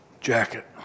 jacket